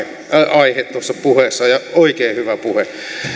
aihe tuossa puheessa ja oikein hyvä puhe